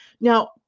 Now